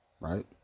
right